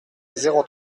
zéro